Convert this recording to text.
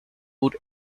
would